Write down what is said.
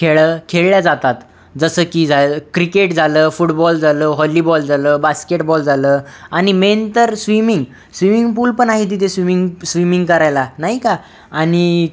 खेळ खेळल्या जातात जसं की झालं क्रिकेट झालं फुटबॉल झालं हॉलीबॉल झालं बास्केटबॉल झालं आणि मेन तर स्विमिंग स्विमिंग पूल पण आहे तिथे स्विमिंग स्विमिंग करायला नाही का आणि